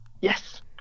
Yes